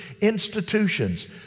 institutions